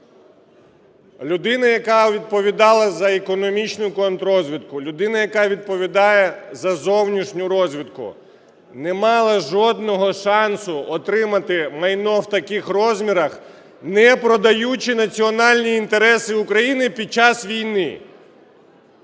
Людина, яка відповідала за економічну контррозвідку, людина, яка відповідає за зовнішню розвідку, не мала жодного шансу отримати майно в таких розмірах, не продаючи національні інтереси України під час війни.